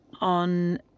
on